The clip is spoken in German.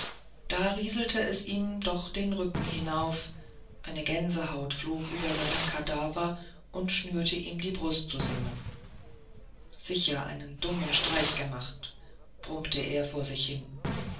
da grieselte es ihm doch den rücken hinauf eine gänsehaut flog über seinen kadaver und schnürte ihm die brust zusammen sicher einen dummen streich gemacht brummte er vor sich hin